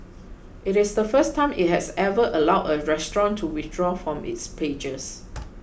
it is the first time it has ever allowed a restaurant to withdraw from its pages